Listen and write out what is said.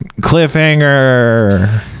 cliffhanger